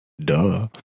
Duh